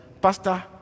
pastor